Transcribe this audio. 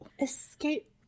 escape